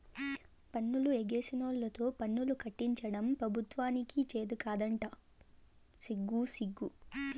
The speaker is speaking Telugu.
పన్నులు ఎగేసినోల్లతో పన్నులు కట్టించడం పెబుత్వానికి చేతకాదంట సిగ్గుసిగ్గు